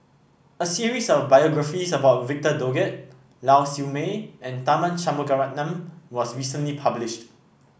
a series of biographies about Victor Doggett Lau Siew Mei and Tharman Shanmugaratnam was recently publish